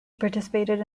participated